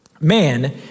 Man